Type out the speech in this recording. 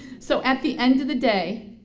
so at the end of the day,